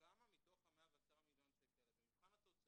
כמה מתוך ה-110 מיליון שקל האלה, במבחן התוצאה,